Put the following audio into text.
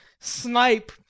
snipe